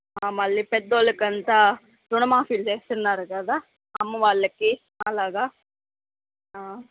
మళ్ళీ పెద్ద వాళ్ళ కంతా రుణమాఫీ చేస్తున్నారు కదా అమ్మ వాళ్ళకి అలాగా